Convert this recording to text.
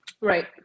right